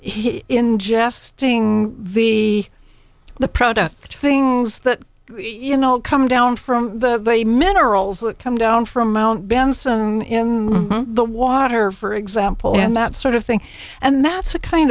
he ingesting v the product things that you know come down from the bay minerals that come down from mt benson in the water for example and that sort of thing and that's a kind